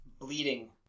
bleeding